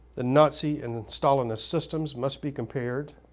the nazi and stalinist systems must be compared,